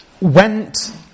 Went